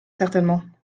certainement